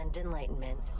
enlightenment